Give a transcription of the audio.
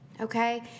okay